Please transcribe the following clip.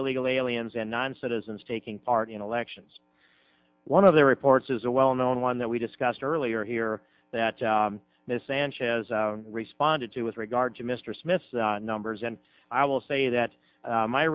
illegal aliens and non citizens taking part in elections one of their reports is a well known one that we discussed earlier here that this sanchez responded to with regard to mr smith numbers and i will say that